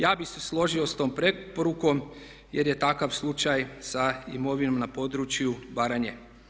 Ja bih se složio s tom preporukom jer je takav slučaj sa imovinom na području Baranje.